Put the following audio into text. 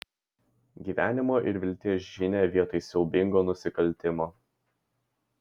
gyvenimo ir vilties žinią vietoj siaubingo nusikaltimo